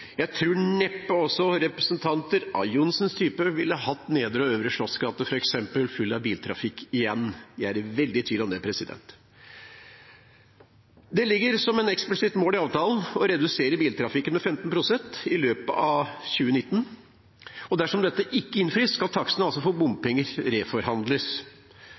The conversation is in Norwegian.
Jeg tror også at representanter av Johnsens type neppe ville hatt f.eks. Nedre Slottsgate og Øvre Slottsgate full av biltrafikk igjen. Jeg er veldig i tvil om det. Det ligger som et eksplisitt mål i avtalen å redusere biltrafikken med 15 pst. i løpet av 2019. Dersom dette ikke innfris, skal takstene for bompenger reforhandles.